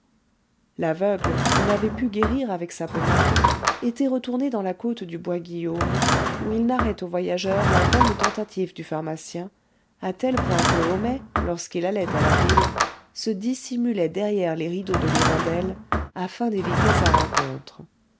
l'aveugle qu'il n'avait pu guérir avec sa pommade était retourné dans la côte du bois guillaume où il narrait aux voyageurs la vaine tentative du pharmacien à tel point que homais lorsqu'il allait à la ville se dissimulait derrière les rideaux de l'hirondelle afin d'éviter sa rencontre